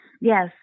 Yes